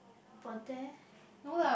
about there